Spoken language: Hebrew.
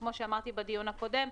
כמו שאמרתי בדיון הקודם.